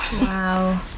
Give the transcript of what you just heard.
Wow